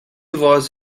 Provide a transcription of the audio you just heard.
was